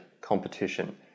competition